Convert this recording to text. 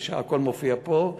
הכול מופיע פה,